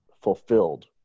fulfilled